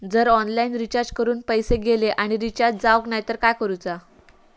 जर online recharge करून पैसे गेले आणि रिचार्ज जावक नाय तर काय करूचा?